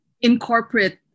incorporate